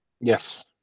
Yes